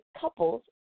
couples